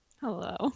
Hello